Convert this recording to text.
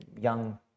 young